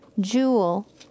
jewel